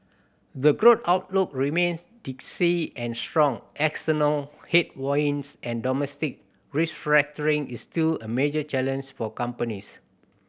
the growth outlook remains dicey and strong external headwinds and domestic restructuring is still a major challenge for companies